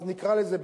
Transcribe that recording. אז נקרא לזה,